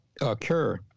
occur